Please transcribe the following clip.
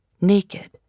naked